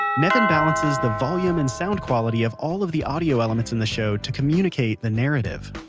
nevin balances the volume and sound quality of all of the audio elements in the show to communicate the narrative.